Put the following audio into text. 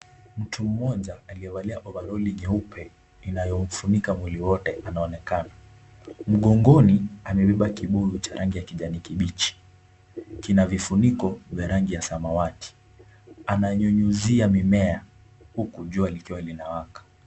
Mtu mmoja aliyevalia ovaroli nyeupe inayomfunika mwili wote anaonekana. Mgongoni amebeba kibuyu cha rangi ya kijani kibichi. Kina vifuniko vya rangi ya samawati. Ananyunyuzia mimea huku jua likiwa linawaka.